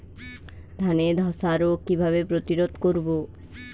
ধানে ধ্বসা রোগ কিভাবে প্রতিরোধ করব?